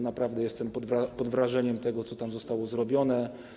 Naprawdę jestem pod wrażeniem tego, co tam zostało zrobione.